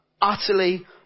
Utterly